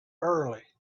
early